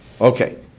Okay